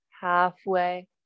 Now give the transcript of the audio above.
halfway